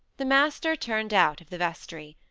the master turned out of the vestry.